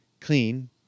Clean